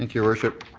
your worship.